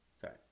Sorry